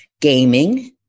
gaming